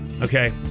Okay